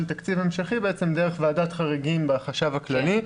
תקציב המשכי דרך ועדת חריגים והחשב הכללי.